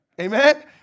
Amen